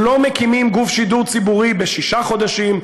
לא מקימים גוף שידור ציבורי בשישה חודשים,